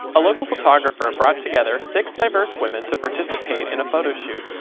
a local photographer brought together six diverse women to participate in a photo shoot.